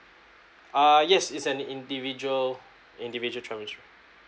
uh yes it's an individual individual terms